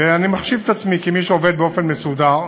ואני מחשיב את עצמי כמי שעובד באופן מסודר,